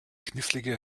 knifflige